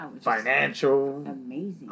financial